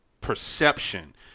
perception